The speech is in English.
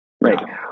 right